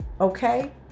Okay